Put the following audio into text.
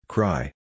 Cry